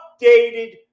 updated